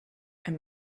and